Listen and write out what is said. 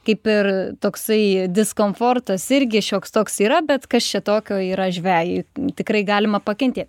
kaip ir toksai diskomfortas irgi šioks toks yra bet kas čia tokio yra žvejui tikrai galima pakentėt